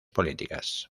políticas